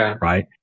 right